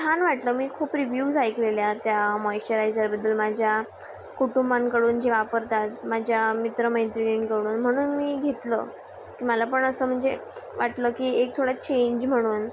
छान वाटलं मी खूप रिव्यूज ऐकलेल्या त्या मॉइस्टरायजरबद्दल माझ्या कुटुंबांकडून जे वापरतात माझ्या मित्र मैत्रिणींकडून म्हणून मी घेतलं मला पण असं म्हणजे वाटलं की एक थोडा चेंज म्हणून